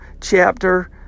chapter